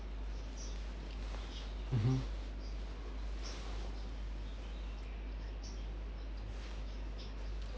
mm